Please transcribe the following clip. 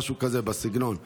משהו בסגנון הזה.